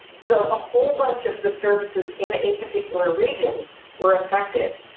so a whole bunch of the services in a particular region were affected.